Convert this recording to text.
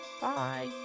bye